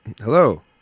hello